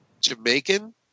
Jamaican